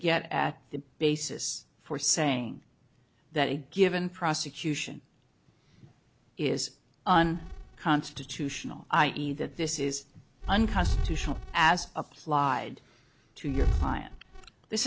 get at the basis for saying that a given prosecution is on constitutional i e that this is unconstitutional as applied to your client this